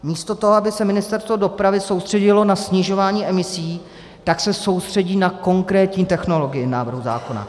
Místo toho, aby se Ministerstvo dopravy soustředilo na snižování emisí, tak se soustředí na konkrétní technologii návrhu zákona.